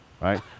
right